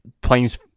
planes